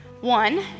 One